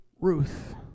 Ruth